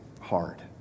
hard